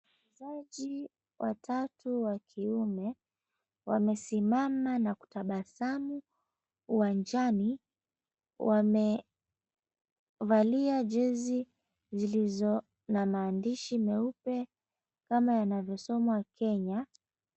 Wachezaji watatu wa kiume, wamesimama na kutabasamu uwanjani. Wamevalia jezi zilizo na maandishi meupe kama yanavyosoma Kenya.